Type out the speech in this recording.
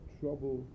trouble